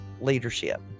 leadership